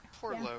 Poor